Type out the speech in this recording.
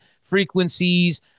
frequencies